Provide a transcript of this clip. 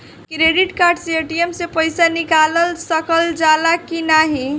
Credit card से ATM से पइसा निकाल सकल जाला की नाहीं?